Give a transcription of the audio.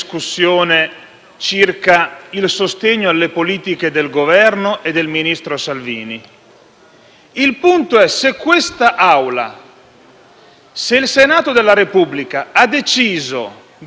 Il punto è se quest'Assemblea, se il Senato della Repubblica ha deciso di spogliarsi di una prerogativa che la Costituzione gli consegna oppure no.